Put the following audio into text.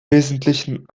wesentlichen